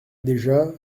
déjà